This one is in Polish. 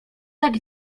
tak